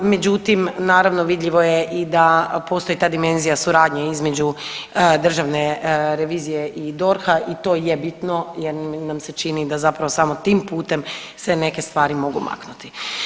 Međutim, naravno, vidljivo je i da postoji ta dimenzija suradnje između državne revizije i DORH-a i to je bitno jer nam se čini da zapravo samo tim putem se neke stvari mogu maknuti.